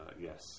yes